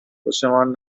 خوشمان